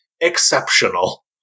Exceptional